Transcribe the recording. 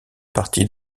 partie